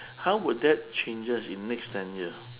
how would that changes in next ten year